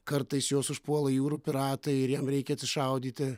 kartais juos užpuola jūrų piratai ir jam reikia atsišaudyti